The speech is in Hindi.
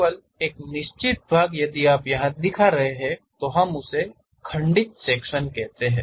केवल एक निश्चित भाग यदि आप यहा दिखा रहे हैं तो हम उसे खंडित सेक्शन कहते हैं